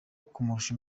kumurusha